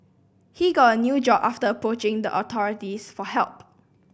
he got a new job after approaching the authorities for help